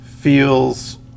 feels